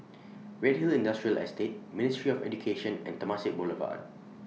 Redhill Industrial Estate Ministry of Education and Temasek Boulevard